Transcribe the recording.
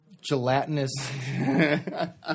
gelatinous